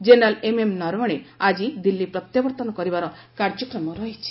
general M M Naravane ଆଜି ଦିଲ୍ଲୀ ପ୍ରତ୍ୟାବର୍ତ୍ତନ କରିବାର କାର୍ଯ୍ୟକ୍ରମ ରହିଛି